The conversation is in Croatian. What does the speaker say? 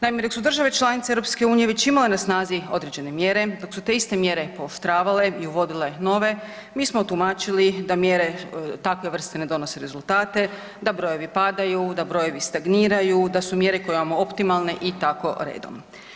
Naime, dok su država članice EU već imale na snazi određene mjere dok su to iste mjere pooštravale i uvodile nove, mi smo tumačili da mjere takve vrste ne donose rezultate, da brojevi padaju, da brojevi stagniraju, da su mjere koje imamo optimalne i tako redom.